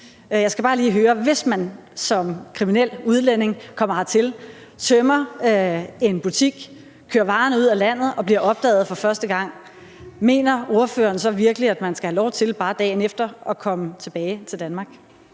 Jeg skal bare lige høre om noget. Hvis man som kriminel udlænding kommer hertil, tømmer en butik, kører varerne ud af landet og bliver opdaget for første gang, mener ordføreren så virkelig, at man bare skal have lov til dagen efter at komme tilbage til Danmark?